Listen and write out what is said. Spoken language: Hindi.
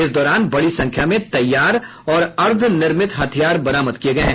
इस दौरान बड़ी संख्या में तैयार और अर्द्वनिर्मित हथियार बरामद किये गये हैं